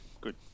Good